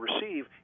receive